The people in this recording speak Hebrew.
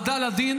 העמדה לדין